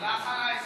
הלך עליי סופית.